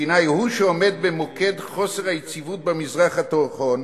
הוא שעומד במוקד חוסר היציבות במזרח התיכון,